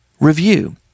review